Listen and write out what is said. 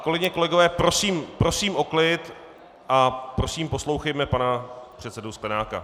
Kolegyně, kolegové, prosím o klid a prosím, poslouchejme pana předsedu Sklenáka.